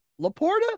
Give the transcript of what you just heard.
Laporta